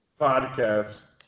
Podcast